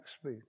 speed